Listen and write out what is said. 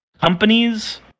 Companies